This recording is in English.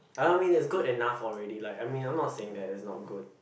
I don't mean it's good enough already like I mean I'm not saying that it's not good